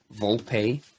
Volpe